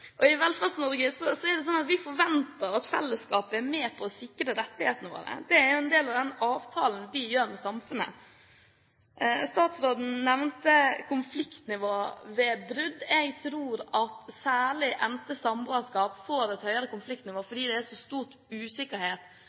I Velferds-Norge er det slik at vi forventer at fellesskapet er med på å sikre rettighetene våre. Det er en del av den avtalen vi gjør med samfunnet. Statsråden nevnte konfliktnivået ved brudd. Jeg tror at særlig endte samboerskap får et høyere konfliktnivå fordi det er så stor usikkerhet